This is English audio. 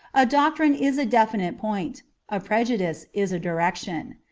a doctrine is a definite point a prejudice is a direction.